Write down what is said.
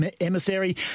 Emissary